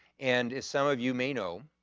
and as some of you may know,